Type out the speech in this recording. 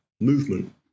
movement